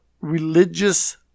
religious